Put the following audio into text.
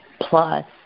plus